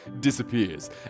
disappears